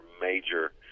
major